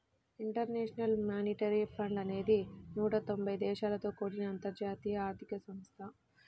international monetary fund అనేది నూట తొంబై దేశాలతో కూడిన అంతర్జాతీయ ఆర్థిక సంస్థ